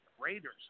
Raiders